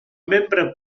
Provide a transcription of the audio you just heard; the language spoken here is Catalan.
membre